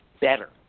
better